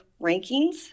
rankings